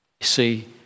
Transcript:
see